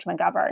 McGovern